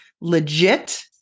legit